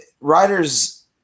writers